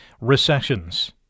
recessions